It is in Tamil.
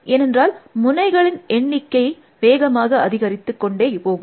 ஏனென்றால் முனைகளின் எண்ணிக்கை வேகமாக அதிகரித்து கொண்டே போகும்